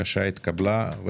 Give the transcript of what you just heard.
הצבעה בעד פה אחד אושר.